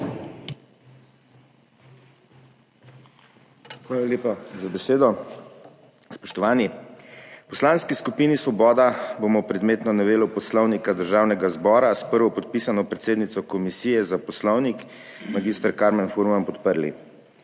Hvala lepa za besedo. Spoštovani! V Poslanski skupini Svoboda bomo predmetno novelo Poslovnika Državnega zbora s prvopodpisano predsednico Komisije za Poslovnik mag. Karmen Furman podprli.